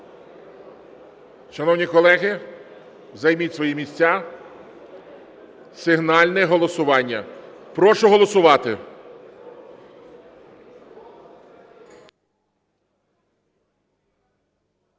Шановні колеги, займіть свої місця, сигнальне голосування. Прошу голосувати.